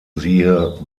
siehe